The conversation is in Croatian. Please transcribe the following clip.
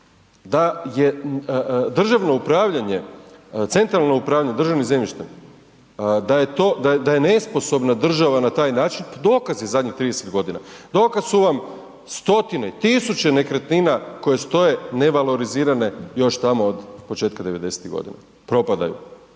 centralno upravljanje državnim zemljištem, da je to, da je nesposobna država na taj način, pa dokaz je zadnjih 30.g., dokaz su vam stotine, tisuće nekretnina koje stoje nevalorizirane još tamo od početka '90.-tih godina, propadaju.